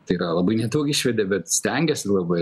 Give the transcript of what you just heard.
tai yra labai nedaug išvedė bet stengėsi labai